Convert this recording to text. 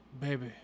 Baby